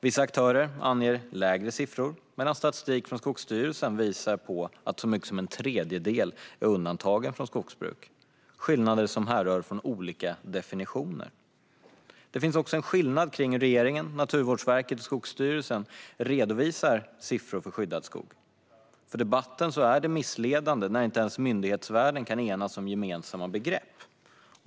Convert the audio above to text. Vissa aktörer anger lägre siffror medan statistik från Skogsstyrelsen visar att så mycket som en tredjedel är undantagen från skogsbruk. Det är skillnader som härrör från olika definitioner. Det finns också en skillnad i hur regeringen, Naturvårdsverket och Skogsstyrelsen redovisar siffror för skyddad skog. För debatten är det missledande när inte ens myndighetsvärlden kan enas om gemensamma begrepp.